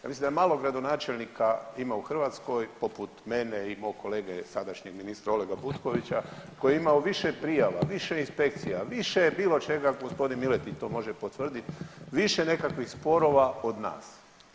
Ja mislim da malo gradonačelnika ima u Hrvatskoj poput mene i mog kolege sadašnjeg ministra Olega Butkovića koji je imao više prijava, više inspekcija, više bilo čega, gospodin Miletić to može potvrditi, više nekakvih sporova od nas.